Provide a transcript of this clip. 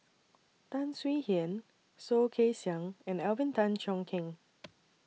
Tan Swie Hian Soh Kay Siang and Alvin Tan Cheong Kheng